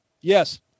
Yes